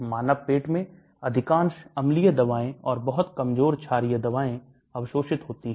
मानव पेट में अधिकांश अम्लीय दबाएं और बहुत कमजोर छारीय दबाए अवशोषित होती हैं